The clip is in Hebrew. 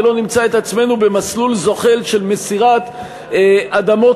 ולא נמצא את עצמנו במסלול זוחל של מסירת אדמות